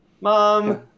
mom